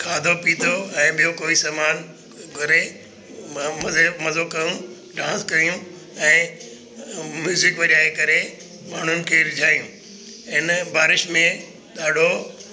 खाधो पीतो ऐं ॿियों कोई सामान घुरे मज़े मज़ो कयूं डांस कयूं ऐं म्यूजिक वजाए करे माण्हुनि खे रिझायूं इन बारिश में ॾाढो